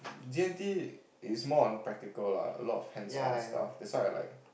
D-and-T is more on practical lah a lot of hands on stuff that's why I like